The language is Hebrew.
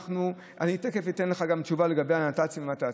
אני תכף אתן לך גם תשובה לגבי הנת"צים והמת"צים.